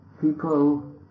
people